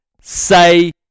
Say